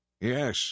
Yes